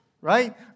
Right